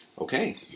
Okay